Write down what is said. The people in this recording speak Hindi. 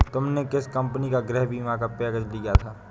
तुमने किस कंपनी का गृह बीमा का पैकेज लिया था?